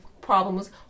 problems